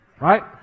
Right